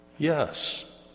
Yes